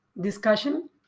discussion